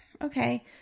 okay